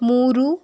ಮೂರು